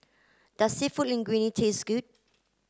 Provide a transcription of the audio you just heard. does Seafood Linguine taste good